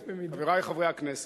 חברי חברי הכנסת,